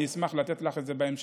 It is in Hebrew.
אשמח לתת לך את זה בהמשך.